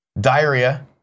Diarrhea